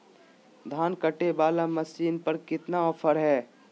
धान कटे बाला मसीन पर कतना ऑफर हाय?